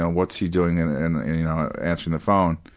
and what's he doing and and you know answering the phone?